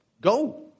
Go